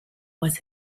was